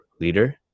leader